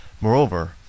Moreover